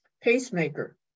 pacemaker